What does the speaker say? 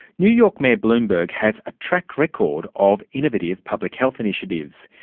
new york mayor bloomberg has a track record of innovative public health initiatives.